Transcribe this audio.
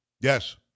Yes